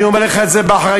אני אומר לך את זה באחריות,